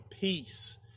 peace